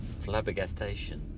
flabbergastation